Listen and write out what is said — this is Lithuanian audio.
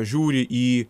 žiūri į